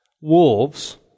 wolves